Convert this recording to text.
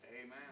Amen